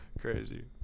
Crazy